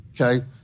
okay